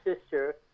sister